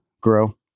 grow